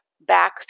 back